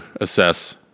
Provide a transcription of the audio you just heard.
assess